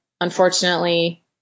unfortunately